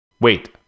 Wait